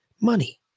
money